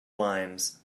limes